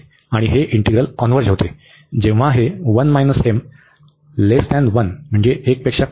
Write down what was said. आणि हे integral converge होते जेव्हा हे म्हणजेच